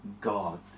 God